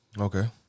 Okay